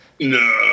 No